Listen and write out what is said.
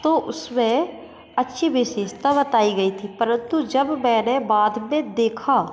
तो उसमें अच्छी विशेषता बताई गई थी परंतु जब मैंने बाद में देखा